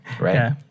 right